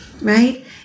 Right